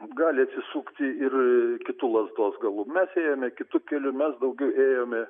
gali atsisukti ir kitu lazdos galu mes ėjome kitu keliu mes daugiau ėjome